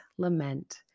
lament